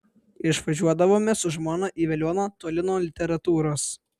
išvažiuodavome su žmona į veliuoną toli nuo literatūros